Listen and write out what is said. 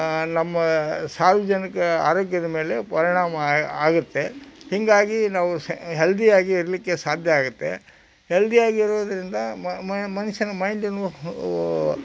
ನಮ್ಮ ಸಾರ್ವಜನಿಕರ ಆರೋಗ್ಯದ ಮೇಲೆ ಪರಿಣಾಮ ಆಗಿ ಆಗುತ್ತೆ ಹೀಗಾಗಿ ನಾವು ಸ್ ಹೆಲ್ದಿಯಾಗಿ ಇರಲಿಕ್ಕೆ ಸಾಧ್ಯ ಆಗುತ್ತೆ ಹೆಲ್ದಿಯಾಗಿ ಇರುವುದರಿಂದ ಮನಸ್ಸಿನ ಮೈಂಡ್ ಎನ್ನುವ